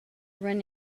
run